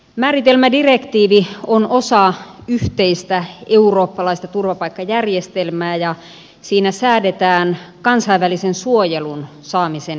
määritelmädirektiivi on osa yhteistä eurooppalaista turvapaikkajärjestelmää ja siinä säädetään kansainvälisen suojelun saamisen edellytyksistä